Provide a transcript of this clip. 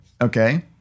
Okay